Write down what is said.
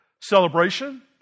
celebration